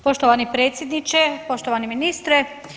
Poštovani predsjedniče, poštovani ministre.